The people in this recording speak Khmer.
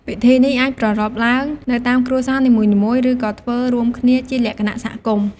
ពិធីនេះអាចប្រារព្ធឡើងនៅតាមគ្រួសារនីមួយៗ ឬក៏ធ្វើរួមគ្នាជាលក្ខណៈសហគមន៍។